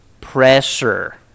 pressure